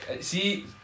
see